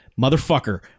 motherfucker